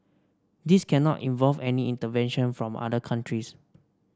this cannot involve any intervention from other countries